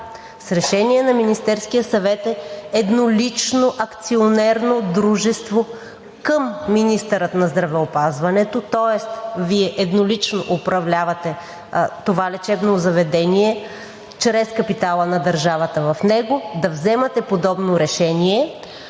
с решение на Министерския съвет е еднолично акционерно дружество към министъра на здравеопазването, тоест Вие еднолично управлявате това лечебно заведение чрез капитала на държавата в него, да вземате подобно решение